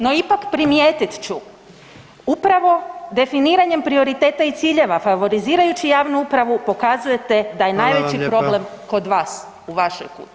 No ipak primijetit ću, upravo definiranjem prioriteta i ciljeva, favorizirajući javnu upravu pokazujete da je najveći problem kod vas u vašoj kući.